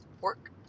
work